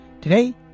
Today